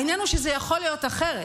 העניין הוא שזה יכול להיות אחרת.